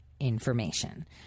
Information